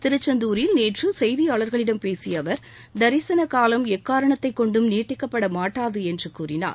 திருச்செந்தூரில் நேற்று செய்தியாளர்களிடம் பேசிய அவர் தரிசன காலம் எக்காரணத்தைக் கொண்டும் நீட்டிக்கப்பட மாட்டாது என்று கூறினார்